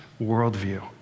worldview